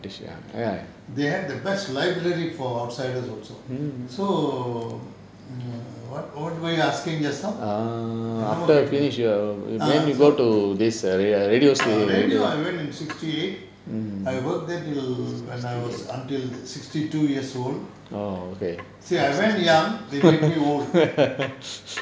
they have the best library for outsiders also so err what were you asking just now என்னமோ கேட்டீங்க:ennamo ketteenga uh so ah radio I went in sixty eight I worked there till when I was until sixty two years old see I went young they made me old